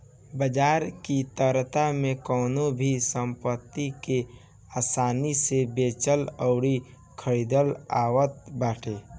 बाजार की तरलता में कवनो भी संपत्ति के आसानी से बेचल अउरी खरीदल आवत बाटे